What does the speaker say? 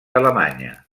alemanya